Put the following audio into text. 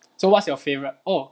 so what's your favourite orh